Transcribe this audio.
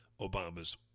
Obama's